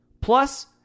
Plus